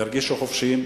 ירגישו חופשיים.